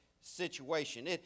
situation